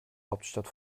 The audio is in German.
hauptstadt